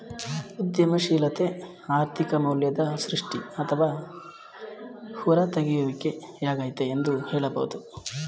ಉದ್ಯಮಶೀಲತೆ ಆರ್ಥಿಕ ಮೌಲ್ಯದ ಸೃಷ್ಟಿ ಅಥವಾ ಹೂರತೆಗೆಯುವಿಕೆ ಯಾಗೈತೆ ಎಂದು ಹೇಳಬಹುದು